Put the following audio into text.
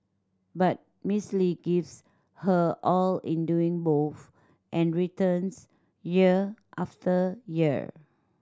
but Miss Lee gives her all in doing both and returns year after year